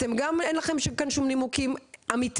אתם גם אין לכם כאן שום נימוקים אמיתיים,